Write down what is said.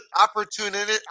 Opportunity